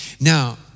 Now